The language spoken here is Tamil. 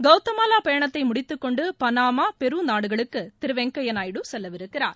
கவுதமாலா பயணத்தை முடிததுக்கொண்டு பனாமா பெரு நாடுகளுக்கு திரு வெங்கய்ய நாயுடு செல்லவிருக்கிறார்